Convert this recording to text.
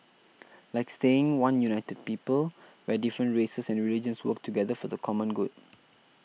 like staying one united people where different races and religions work together for the common good